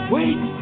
Wait